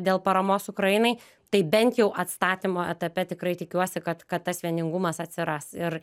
dėl paramos ukrainai tai bent jau atstatymo etape tikrai tikiuosi kad kad tas vieningumas atsiras ir